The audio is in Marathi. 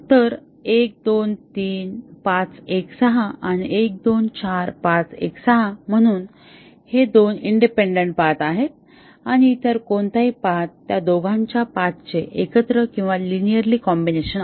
तर 1 2 3 5 1 6 आणि 1 2 4 5 1 6 म्हणून हे दोन इंडिपेंडन्ट पाथ आहेत आणि इतर कोणतेही पाथ त्या दोघांच्या पाथचे एकत्र किंवा लिनिअरली कॉम्बिनेशन आहेत